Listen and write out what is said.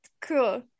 Cool